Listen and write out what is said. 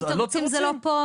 תירוצים זה לא פה.